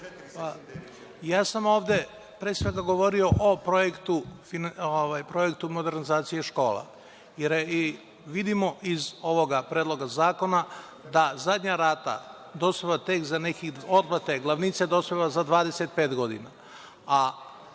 Ja sam ovde, pre svega govorio o projektu modernizacije škola. Vidimo iz ovoga Predloga zakona da otplata glavnice dospeva za 25 godina.